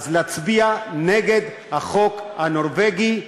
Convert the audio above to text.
אז להצביע נגד החוק הנורבגי,